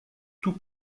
tout